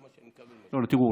תראו,